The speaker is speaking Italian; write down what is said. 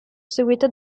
seguito